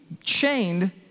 chained